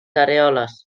arèoles